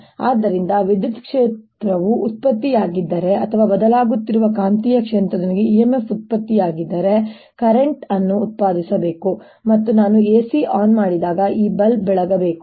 ಆದ್ದರಿಂದ ವಿದ್ಯುತ್ ಕ್ಷೇತ್ರವು ಉತ್ಪತ್ತಿಯಾಗಿದ್ದರೆ ಅಥವಾ ಬದಲಾಗುತ್ತಿರುವ ಕಾಂತೀಯ ಕ್ಷೇತ್ರದಿಂದಾಗಿ EMF ಉತ್ಪತ್ತಿಯಾಗಿದ್ದರೆ ಅದು ಇಲ್ಲಿ ಕರೆಂಟ್ ಅನ್ನು ಉತ್ಪಾದಿಸಬೇಕು ಮತ್ತು ನಾನು AC ಆನ್ ಮಾಡಿದಾಗ ಈ ಬಲ್ಬ್ ಬೆಳಗಬೇಕು